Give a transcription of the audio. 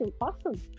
Awesome